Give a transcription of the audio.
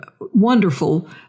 wonderful